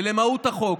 למהות החוק,